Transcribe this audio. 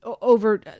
over